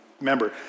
Remember